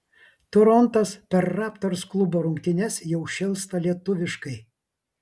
torontas per raptors klubo rungtynes jau šėlsta lietuviškai